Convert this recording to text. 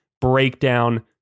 breakdown